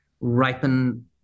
ripen